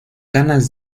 ganas